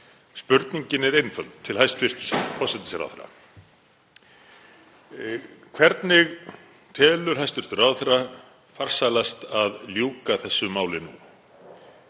spurningin er einföld til hæstv. forsætisráðherra: Hvernig telur hæstv. ráðherra farsælast að ljúka þessu máli nú?